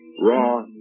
Raw